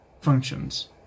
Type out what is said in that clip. functions